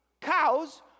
Cows